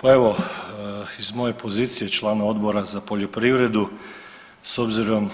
Pa evo iz moje pozicije člana Odbora za poljoprivredu s obzirom